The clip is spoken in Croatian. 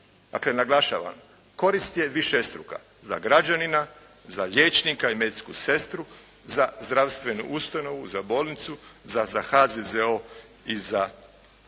Dakle naglašavam, korist je višestruka za građanina, za liječnika i medicinsku sestru, za zdravstvenu ustanovu, za bolnicu, za HZZO i za